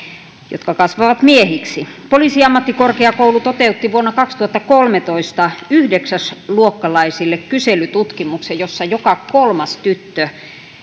jotka kasvavat miehiksi poliisiammattikorkeakoulu toteutti vuonna kaksituhattakolmetoista yhdeksäsluokkalaisille kyselytutkimuksen jossa joka kolmas tyttö